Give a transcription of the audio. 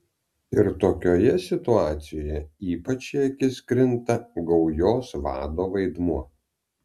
ir tokioje situacijoje ypač į akis krinta gaujos vado vaidmuo